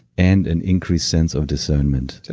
and an increased sense of discernment.